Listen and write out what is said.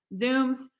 Zooms